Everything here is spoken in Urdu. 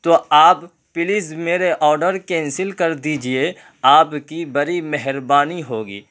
تو آپ پلیز میرے آرڈر کینسل کر دیجیے آپ کی بڑی مہربانی ہوگی